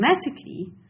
automatically